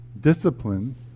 disciplines